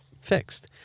fixed